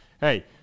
Hey